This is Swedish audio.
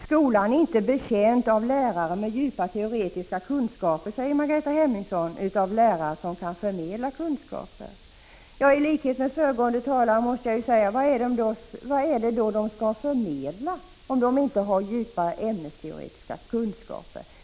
Skolan är inte betjänt av lärare med djupa teoretiska kunskaper, säger Margareta Hemmingsson, utan av lärare som kan förmedla kunskaper. I likhet med föregående talare måste jag fråga: Vad är det lärare skall förmedla om de inte har djupa ämnesteoretiska kunskaper?